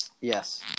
yes